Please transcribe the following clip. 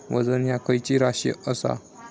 वजन ह्या खैची राशी असा?